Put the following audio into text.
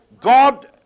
God